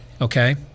Okay